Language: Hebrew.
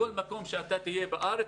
בכל מקום שאתה תהיה בארץ,